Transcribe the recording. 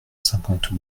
cinquante